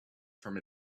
from